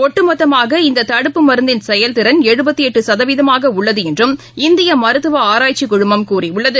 ஒட்டுமொத்தமாக இந்ததடுப்பு மருந்தின் செயல்திறன் சதவீதமாகஉள்ளதுஎன்றும் இந்தியமருத்துவ ஆராய்ச்சிக்குழமம் கூறியுள்ளது